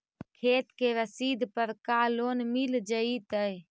खेत के रसिद पर का लोन मिल जइतै?